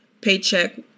paycheck